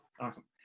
Awesome